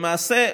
למעשה,